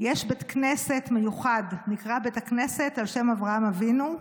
יש בית כנסת מיוחד שנקרא בית הכנסת על שם אברהם אבינו,